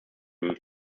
nehmen